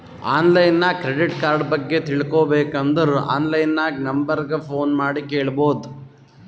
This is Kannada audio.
ಆನ್ಲೈನ್ ನಾಗ್ ಕ್ರೆಡಿಟ್ ಕಾರ್ಡ ಬಗ್ಗೆ ತಿಳ್ಕೋಬೇಕ್ ಅಂದುರ್ ಆನ್ಲೈನ್ ನಾಗ್ ನಂಬರ್ ಗ ಫೋನ್ ಮಾಡಿ ಕೇಳ್ಬೋದು